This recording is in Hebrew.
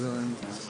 לימור סון הר מלך (עוצמה יהודית):